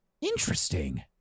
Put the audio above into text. Interesting